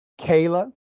Kayla